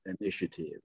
initiative